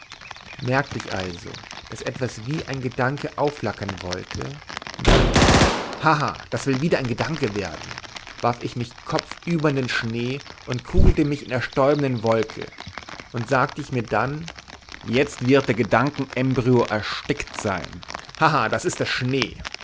merkte ich also daß etwas wie ein gedanke aufflackern wollte dann haha das will wieder ein gedanke werden warf ich mich kopfüber in den schnee und kugelte mich in der stäubenden wolke und sagte ich mir dann jetzt wird der gedankenembryo erstickt sein haha da ist der schnee